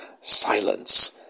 silence